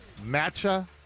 Matcha